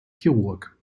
chirurg